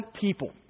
people